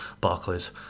Barclays